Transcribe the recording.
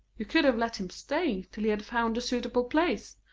you could have let him stay till he had found a suitable place,